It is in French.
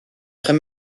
très